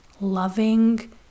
loving